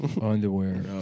underwear